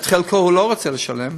את חלקו הוא לא רוצה לשלם,